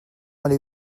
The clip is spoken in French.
allez